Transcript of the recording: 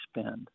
spend